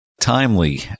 timely